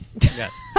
Yes